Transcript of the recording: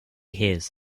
his